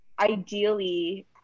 ideally